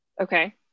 Okay